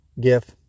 gif